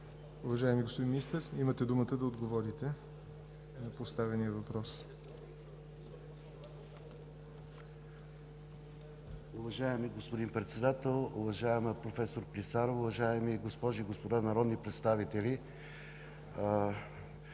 Уважаеми господин Министър, имате думата да отговорите на поставения въпрос. МИНИСТЪР КИРИЛ АНАНИЕВ: Уважаеми господин Председател, уважаема професор Клисарова, уважаеми госпожи и господа народни представители!